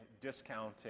discounting